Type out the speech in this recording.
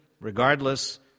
regardless